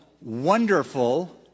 Wonderful